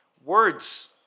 Words